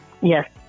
Yes